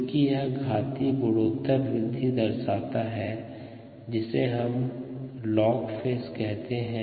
चूंकि यह घातीय या गुणोत्तर वृद्धि दर्शाता है जिसे हम लॉग फेज कहते हैं